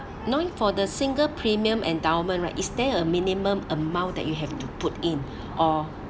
knowing for the single premium endowment right is there a minimum amount that you have to put in or